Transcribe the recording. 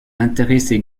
intéressés